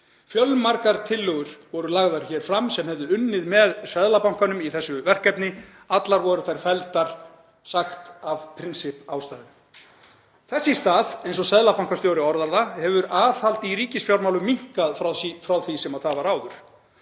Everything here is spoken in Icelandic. Fjölmargar tillögur voru lagðar fram sem hefðu unnið með Seðlabankanum í þessu verkefni. Allar voru þær felldar, sem var sagt vera af prinsippástæðum. Þess í stað, eins og seðlabankastjóri orðaði það, hefur aðhald í ríkisfjármálum minnkað frá því sem það var áður.